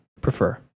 prefer